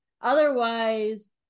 Otherwise